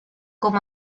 com